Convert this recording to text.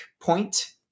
point